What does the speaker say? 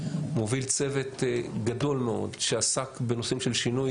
מוביל צוות גדול מאוד שעסק בנושאים של שינוי,